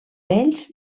ells